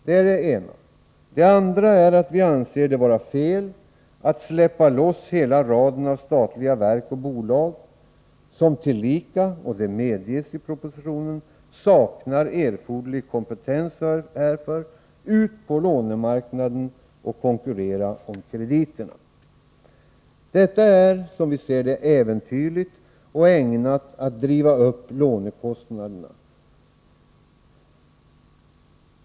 För det andra anser vi det dessutom vara fel att ”släppa loss” hela raden av statliga verk och bolag, som tillika — och det medges i propositionen — saknar erforderlig kompetens härför, ut på lånemarknaden och låta dem konkurrera om krediterna. Detta är, som vi ser det, äventyrligt och ägnat att driva upp lånekostnaderna.